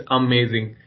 amazing